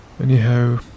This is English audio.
Anyhow